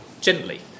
gently